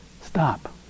stop